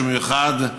שהוא מיוחד,